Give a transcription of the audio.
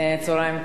צהריים טובים,